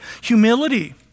humility